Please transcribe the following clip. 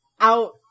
out